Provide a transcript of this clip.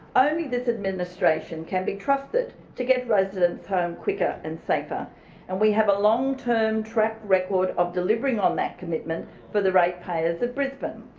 this administration can be trusted to get residents home quicker and safer and we have a long term track record of delivering on that commitment for the rate payers of brisbane.